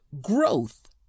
GROWTH